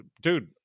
Dude